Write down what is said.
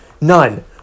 None